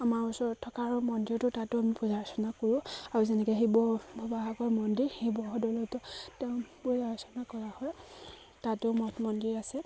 আমাৰ ওচৰত থকাৰ মন্দিৰটো তাতো আমি পূজা অৰ্চনা কৰোঁ আৰু যেনেকৈ শিৱ মন্দিৰ শিৱদ'লতো তেওঁ পূজা অৰ্চনা কৰা হয় তাতো মঠ মন্দিৰ আছে